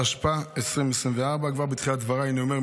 התשפ"ה 2024. כבר בתחילת דבריי אני אומר,